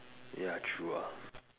ya true ah